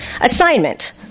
Assignment